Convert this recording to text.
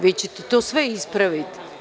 Vi ćete to sve ispraviti.